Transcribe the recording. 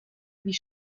wie